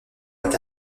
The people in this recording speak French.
est